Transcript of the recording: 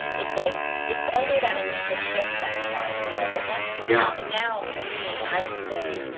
it's like it's only that initial shift that's hard. you know? but once. yeah. now, for me, i would say, you know